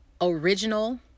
original